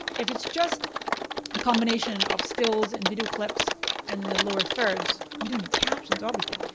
if it's just a combination of stills and video clips and then the lower thirds, you don't need captions, obviously.